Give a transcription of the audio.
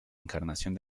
encarnación